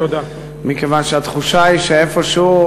מכיוון שהתחושה היא שאיפֹשהו,